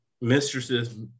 mistresses